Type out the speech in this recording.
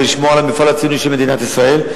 ולשמור על המפעל הציוני של מדינת ישראל.